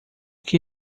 que